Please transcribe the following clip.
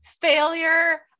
Failure